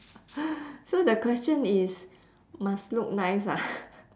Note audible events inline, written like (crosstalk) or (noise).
(noise) so the question is must look nice ah